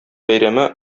бәйрәме